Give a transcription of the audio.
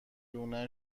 لونه